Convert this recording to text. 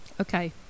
Okay